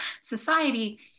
society